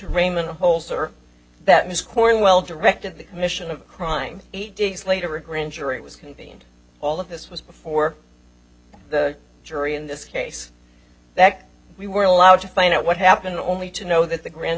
raymond holzer that ms cornwell directed the commission of crime eight days later a grand jury was convened all of this was before the jury in this case that we were allowed to find out what happened only to know that the grand